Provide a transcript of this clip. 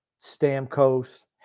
Stamkos